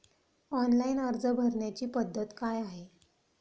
Online अर्ज भरण्याची पद्धत काय आहे?